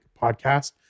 podcast